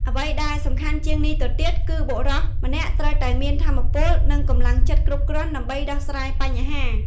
អ្វីដែលសំខាន់ជាងនេះទៅទៀត គឺបុរសម្នាក់ត្រូវតែមានថាមពល និងកម្លាំងចិត្តគ្រប់គ្រាន់ដើម្បីដោះស្រាយបញ្ហា។